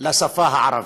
לשפה הערבית.